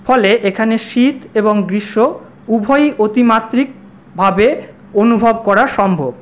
ফলে এখানে শীত এবং গ্রীষ্ম উভয়ই অতিমাত্রিকভাবে অনুভব করা সম্ভব